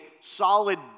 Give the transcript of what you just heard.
solid